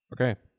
okay